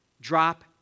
drop